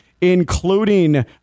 including